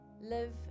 live